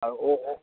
আর ও ও